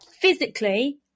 Physically